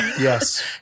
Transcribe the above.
Yes